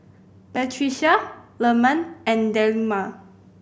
Batrisya Leman and Delima